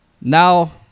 now